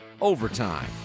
overtime